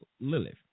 lilith